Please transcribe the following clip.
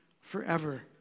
Forever